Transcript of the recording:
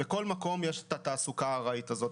בכל מקום יש את התעסוקה הארעית הזאת.